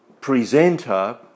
presenter